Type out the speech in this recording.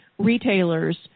retailers